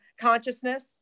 consciousness